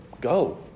go